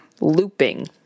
Looping